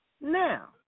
Now